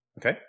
Okay